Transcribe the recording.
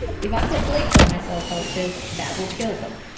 if i put bleach on my cell cultures, that will kill them,